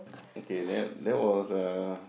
okay that that was uh